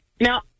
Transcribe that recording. Now